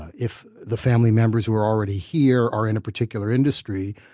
if the family members who are already here are in a particular industry,